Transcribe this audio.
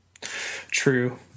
true